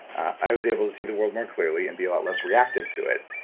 i was able to see the world more clearly and be a lot less reactive to it,